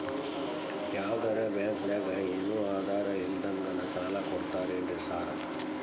ಯಾವದರಾ ಬ್ಯಾಂಕ್ ನಾಗ ಏನು ಆಧಾರ್ ಇಲ್ದಂಗನೆ ಸಾಲ ಕೊಡ್ತಾರೆನ್ರಿ ಸಾರ್?